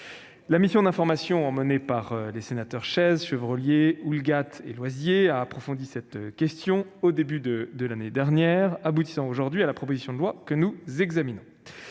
La mission d'information menée par les sénateurs Chaize, Chevrollier et Houllegatte a approfondi cette question au début de l'année dernière, aboutissant aujourd'hui à la proposition de loi que nous examinons.